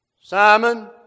Simon